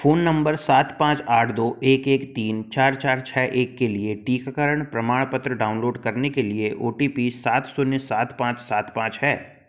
phone number सात पाँच आठ दो एक एक तीन चार चार छः एक के लिए टीकाकरण प्रमाणपत्र डाउनलोड करने के लिए ओ टी पी सात शून्य सात पाँच सात पाँच है